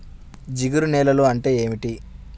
జిగురు నేలలు అంటే ఏమిటీ?